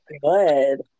good